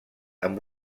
amb